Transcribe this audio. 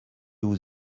vous